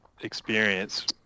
experience